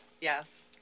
yes